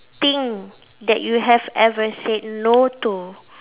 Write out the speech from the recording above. thing that you have ever said no to